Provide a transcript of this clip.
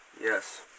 yes